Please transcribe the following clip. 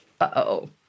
Uh-oh